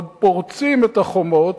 עוד פורצים את החומות,